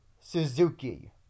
Suzuki